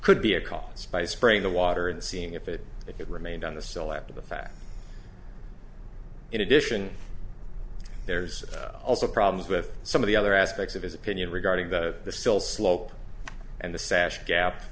could be a cause by spraying the water and seeing if it it remained on the sill after the fact in addition there's also problems with some of the other aspects of his opinion regarding the still slope and the sash gap